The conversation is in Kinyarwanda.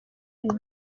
iri